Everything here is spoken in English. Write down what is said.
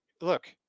look